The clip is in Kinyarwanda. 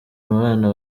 abana